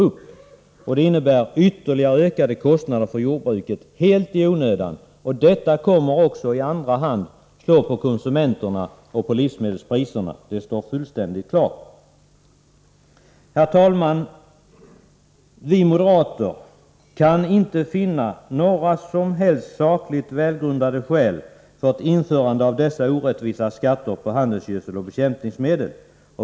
Detta får till följd ytterligare ökade kostnader för jordbruket — helt i onödan. Detta kommer också i andra hand att gå ut över konsumenterna och livsmedelspriserna. Det står fullständigt klart. Herr talman! Vi moderater kan inte finna några som helst sakligt välgrundade skäl för ett införande av dessa orättvisa skatter på handelsgödsel och bekämpningsmedel.